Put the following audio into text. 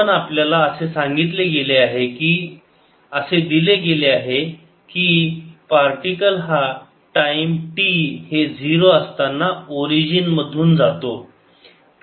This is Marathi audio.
पण आपल्याला असे सांगितले गेले आहे की असे दिले गेले आहे की पार्टिकल हा टाईम t हे 0 असताना ओरिजिन मधून जातो